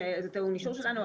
זה טעון אישור שלנו.